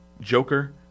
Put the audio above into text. Joker